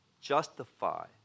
justify